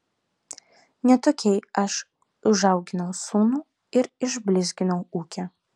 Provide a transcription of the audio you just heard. ne tokiai aš užauginau sūnų ir išblizginau ūkį